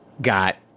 got